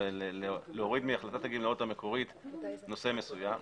להוריד מהחלטת הגמלאות המקורית נושא מסוים,